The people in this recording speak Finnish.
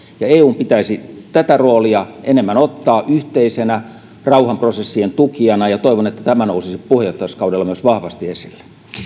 ja eun pitäisi tätä roolia enemmän ottaa yhteisenä rauhanprosessien tukijana ja toivon että tämä nousisi puheenjohtajuuskaudella myös vahvasti esille